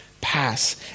pass